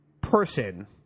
person –